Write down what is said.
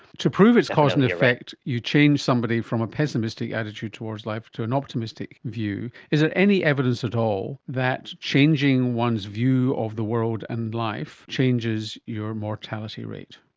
to prove it's cause and effect you change somebody from a pessimistic attitude towards life to an optimistic view. is there any evidence at all that changing one's view of the world and life changes your mortality rate?